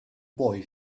boy